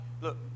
Look